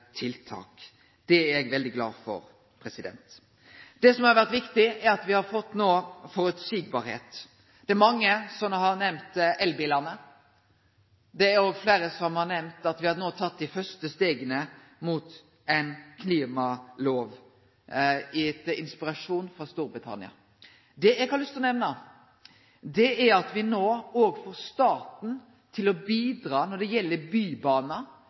tiltak. Det er eg veldig glad for. Det som har vore viktig no, er at me har fått føreseielegheit. Det er mange som har nemnt elbilane. Det er òg fleire som har nemnt at me no har teke dei første stega mot ei klimalov, etter inspirasjon frå Storbritannia. Det eg har lyst til å nemne, er det at me no også får staten til å bidra når gjeld bybanar og store kollektivtiltak innafor byane våre. Det